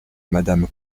madame